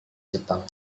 jepang